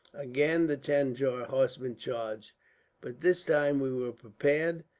again the tanjore horsemen charged but this time we were prepared,